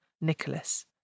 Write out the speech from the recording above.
Nicholas